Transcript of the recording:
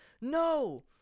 No